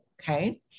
okay